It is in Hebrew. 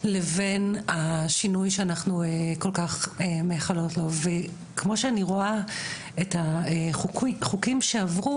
לבין השינוי שאנחנו כל-כך מאחלות לו וכמו שאני רואה את החוקים שעברו,